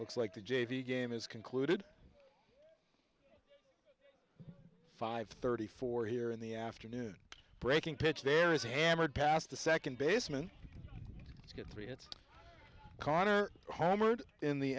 looks like the j v game is concluded five thirty four here in the afternoon breaking pitch there is hammered past the second baseman get three hits connor homer and in the